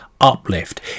uplift